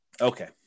Okay